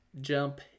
jump